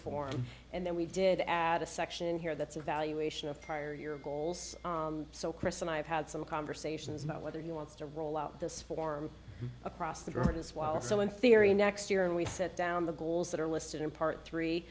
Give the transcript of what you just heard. four and then we did add a section here that's evaluation of prior your goals so chris and i have had some conversations about whether he wants to roll out this form across the board as well so in theory next year and we set down the goals that are listed in part three